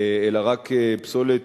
אלא רק פסולת,